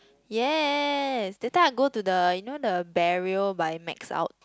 yes the time I go to the you know the Barrio by Mex out